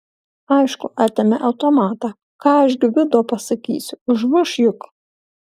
aišku atėmė automatą ką aš gvido pasakysiu užmuš juk